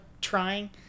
trying